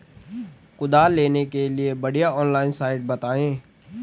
कुदाल लेने के लिए बढ़िया ऑनलाइन साइट बतायें?